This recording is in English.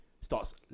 starts